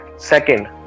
Second